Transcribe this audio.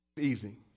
easy